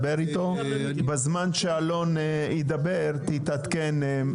בזמן שאלון ידבר תתעדכן.